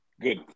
good